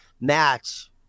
match